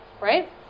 right